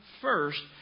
first